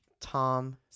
Tom